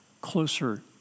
closer